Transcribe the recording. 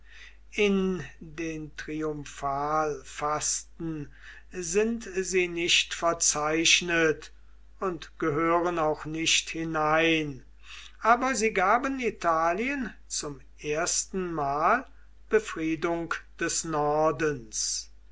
in den triumphalfasten sind sie nicht verzeichnet und gehören auch nicht hinein aber sie gaben italien zum ersten mal befriedung des nordens